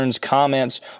comments